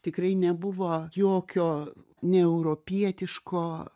tikrai nebuvo jokio ne europietiško